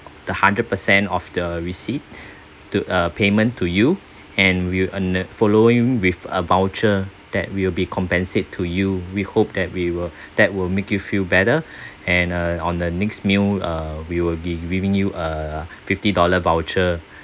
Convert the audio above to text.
the hundred percent of the receipt to uh payment to you and we'll and uh following with a voucher that will be compensate to you we hope that we will that will make you feel better and uh on the next meal uh we will be giving you a fifty dollar voucher